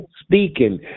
speaking